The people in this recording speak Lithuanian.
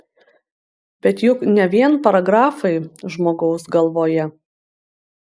bet juk ne vien paragrafai žmogaus galvoje